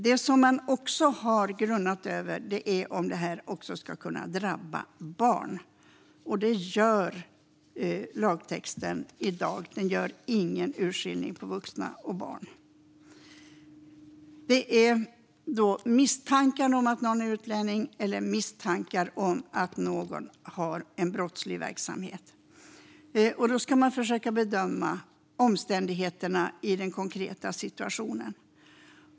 Det man också har grunnat över är om det här förslaget kommer att drabba barn. Dagens lagtext gör ingen urskillning mellan vuxna och barn. Det kan handla om misstanken att någon är utlänning eller att någon utövar en brottslig verksamhet. Då ska man försöka bedöma omständigheterna i den konkreta situationen.